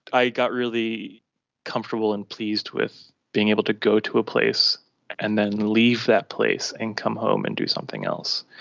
i got really comfortable and pleased with being able to go to a place and then leave that place and come home and do something else,